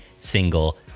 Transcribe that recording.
single